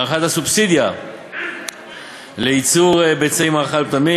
הארכת הסובסידיה לייצור ביצי מאכל ופטמים.